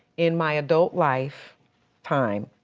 in my adult life time,